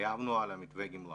התחייבנו על מתווה גמלאות.